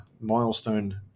milestone